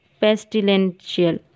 pestilential